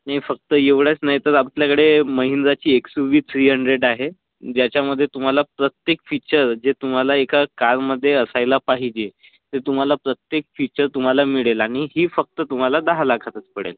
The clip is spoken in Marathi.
आणि फक्त एवढंच नाही तर आपल्याकडे महिंद्राची X U V three hundred आहे ज्याच्यामध्ये तुम्हाला प्रत्येक फीचर जे तुम्हाला एका कारमध्ये असायला पाहिजे ते तुम्हाला प्रत्येक फीचर तुम्हाला मिळेल आणि ही फक्त तुम्हाला दहा लाखातच पडेल